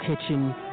kitchen